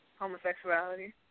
Homosexuality